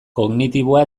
kognitiboa